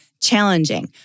challenging